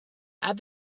add